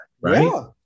Right